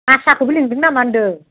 आसाखौबो लिंदोंनामा होनदों